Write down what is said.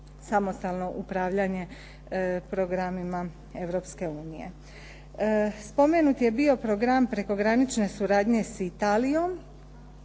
samostalno upravljanje programima Europske unije. Spomenut je bio program prekogranične suradnje sa Italijom